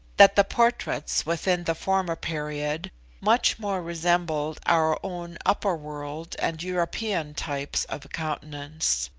that the portraits within the former period much more resembled our own upper world and european types of countenance.